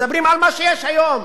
מדברים על מה שיש היום,